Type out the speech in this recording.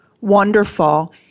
Wonderful